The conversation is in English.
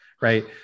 right